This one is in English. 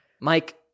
Mike